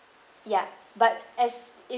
ya but as if